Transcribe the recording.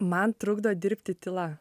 man trukdo dirbti tyla